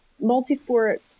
multi-sport